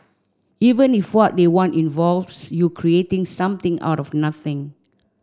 even if what they want involves you creating something out of nothing